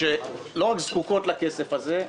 שלא רק זקוקות לכסף הזה,